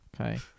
Okay